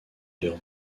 leur